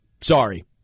Sorry